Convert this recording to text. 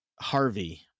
Harvey